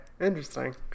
Interesting